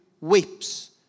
weeps